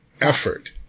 effort